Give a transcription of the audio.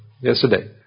yesterday